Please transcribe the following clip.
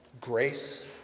Grace